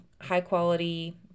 high-quality